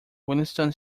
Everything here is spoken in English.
williston